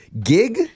Gig